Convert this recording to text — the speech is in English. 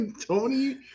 Tony